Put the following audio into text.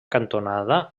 cantonada